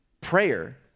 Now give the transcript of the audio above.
prayer